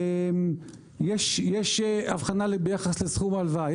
יש אבחנה ביחס לסכום ההלוואה,